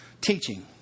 teaching